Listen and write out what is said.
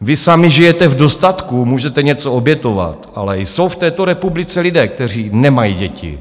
Vy sami žijete v dostatku, můžete něco obětovat, ale jsou v této republice lidé, kteří nemají děti.